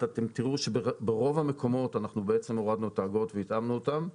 אתם תראו שברוב המקומות אנחנו בעצם הורדנו את האגרות והתאמנו אותן.